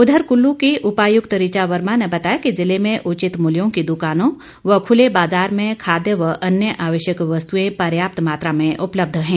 उधर कुल्लू की उपायुक्त ऋचा वर्मा ने बताया कि जिले में उचित मूल्यों की दुकानों व खुले बाजार में खाद्य व अन्य आवश्यक वस्तुएं पर्याप्त मात्रा में उपलब्ध है